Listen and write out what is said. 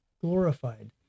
glorified